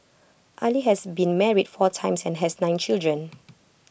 Ali has been married four times and has nine children